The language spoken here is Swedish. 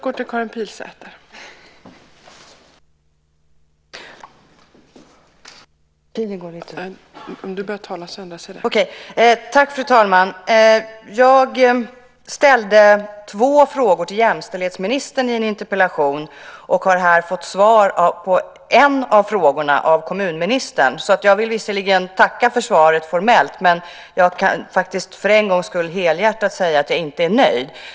Fru talman! Jag ställde i en interpellation två frågor till jämställdhetsministern och har nu av kommunministern fått svar på en av frågorna. Jag vill visserligen formellt tacka för svaret, men jag kan för en gångs skull helhjärtat tillstå att jag inte är nöjd.